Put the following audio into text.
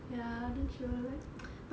ya then she will like